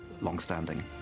long-standing